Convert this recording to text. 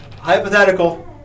Hypothetical